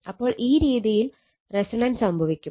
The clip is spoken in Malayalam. അപ്പോൾ ഈ രീതിയിൽ റെസൊണൻസ് സംഭവിക്കും